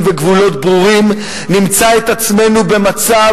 ובגלל זה אני רוצה לוודא שתהיה כאן מדינה יהודית ודמוקרטית.